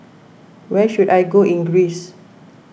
where should I go in Greece